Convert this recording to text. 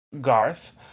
Garth